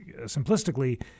simplistically